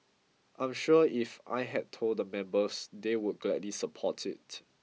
I'm sure if I had told the members they would gladly support it